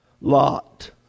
Lot